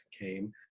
came